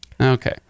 Okay